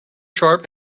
sharp